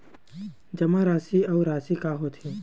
जमा राशि अउ राशि का होथे?